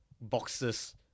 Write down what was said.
boxes